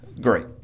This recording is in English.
Great